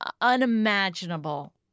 unimaginable